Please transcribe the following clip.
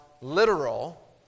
literal